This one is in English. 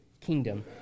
kingdom